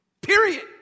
period